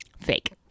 Fake